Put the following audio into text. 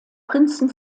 prinzen